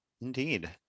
Indeed